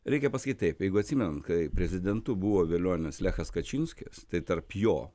reikia pasakyt taip jeigu atsimenat kai prezidentu buvo velionis lechas kačinskis tai tarp jo